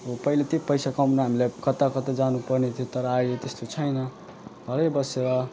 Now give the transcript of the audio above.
अब पहिला त्यही पैसा कमाउन हामीलाई कता कता जानु पर्ने थियो तर आहिले त्यस्तो छैन घरै बसेर